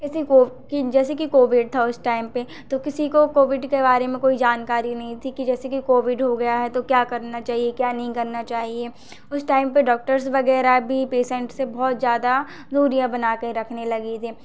जैसे कि कोविड था उस टाइम पे तो किसी को कोविड के बारे में कोई जानकारी नहीं थी कि जैसे कि कोविड हो गया है तो क्या करना चाहिए क्या नहीं करना चाहिए उस टाइम पे डॉक्टर्स वगैरह भी पेशेंट से बहुत ज़्यादा दूरियाँ बना के रखने लगे थे